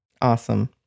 Awesome